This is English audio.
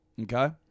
Okay